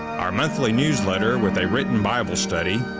our monthly newsletter with a written bible study,